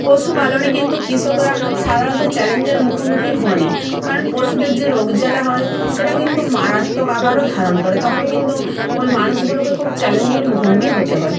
পশুপালনে কিন্তু কৃষকরা সাধারণত চ্যালেঞ্জের মুখোমুখি হনই কারণ পশুদের যে রোগ জ্বালা হয় সেটা কিন্তু মারাত্মক আকারও ধারণ করে তখন কিন্তু ওই মানুষগুলোকে খুব চ্যালেঞ্জের মুখোমুখি হতে হয়